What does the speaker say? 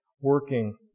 working